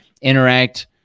interact